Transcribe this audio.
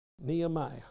Nehemiah